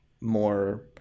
more